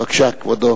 בבקשה, כבודו,